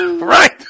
right